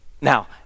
Now